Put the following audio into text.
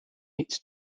its